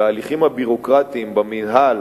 וההליכים הביורוקרטיים במינהל